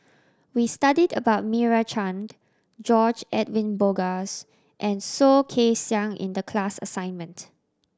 we studied about Meira Chand George Edwin Bogaars and Soh Kay Siang in the class assignment